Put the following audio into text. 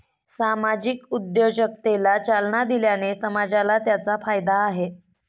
सामाजिक उद्योजकतेला चालना दिल्याने समाजाला त्याचा फायदा आहे